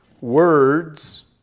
words